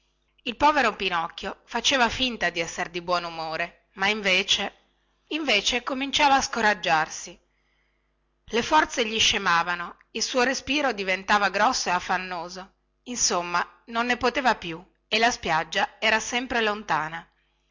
il povero pinocchio faceva finta di essere di buonumore ma invece invece cominciava a scoraggiarsi le forze gli scemavano il suo respiro diventava grosso e affannoso insomma non ne poteva più la spiaggia era sempre lontana